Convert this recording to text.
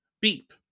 beep